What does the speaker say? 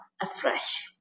afresh